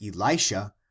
Elisha